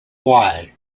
why